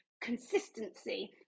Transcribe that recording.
consistency